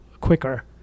quicker